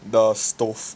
the stove